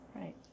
right